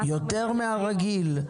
יותר מן הרגיל?